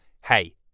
Hey